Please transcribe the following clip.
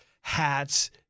hats